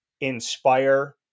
inspire